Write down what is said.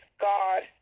God